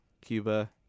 cuba